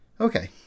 Okay